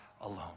alone